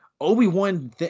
Obi-Wan